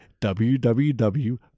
www